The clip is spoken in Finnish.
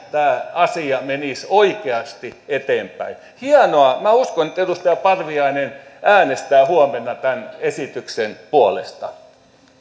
asia menisi oikeasti eteenpäin hienoa minä uskon että edustaja parviainen äänestää huomenna tämän esityksen puolesta